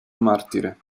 martire